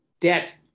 debt